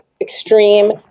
extreme